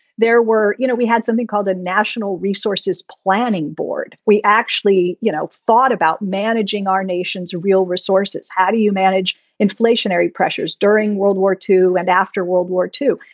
there were you know, we had something called a national resources planning board. we actually you know thought about managing our nation's real resources. how do you manage inflationary pressures during world war two? and after world war two?